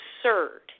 absurd